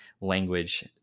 language